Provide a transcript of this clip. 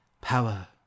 power